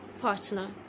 partner